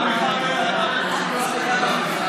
אתה מחבל, אתה, מנסור,